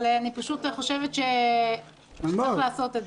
אבל אני חושבת שצריך לעשות את זה.